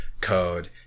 code